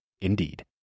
Indeed